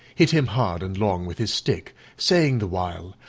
hit him hard and long with his stick, saying the while,